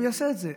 הוא יעשה את זה,